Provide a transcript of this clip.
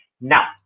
now